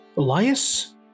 Elias